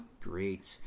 Great